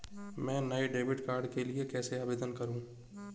मैं नए debit card के लिए कैसे आवेदन करूं?